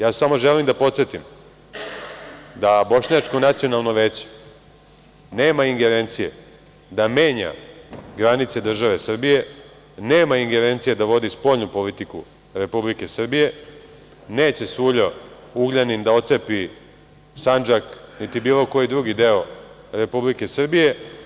Samo želim da podsetim da Bošnjačko nacionalno veće nema ingerencije da menja granice države Srbije, nema ingerencije da vodi spoljnu politiku Republike Srbije, neće Suljo Ugljanin da otcepi Sandžak, niti bilo koji drugi deo Republike Srbije.